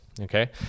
okay